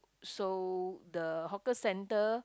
so the hawker centre